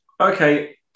okay